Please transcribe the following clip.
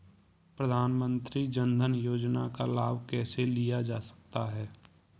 प्रधानमंत्री जनधन योजना का लाभ कैसे लिया जा सकता है?